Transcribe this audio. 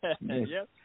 Yes